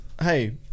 hey